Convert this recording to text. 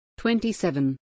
27